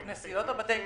כנסיות או בתי כנסת.